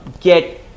get